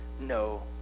no